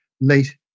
late